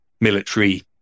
military